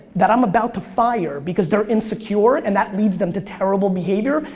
that i'm about to fire because they're insecure and that leads them to terrible behavior.